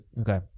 Okay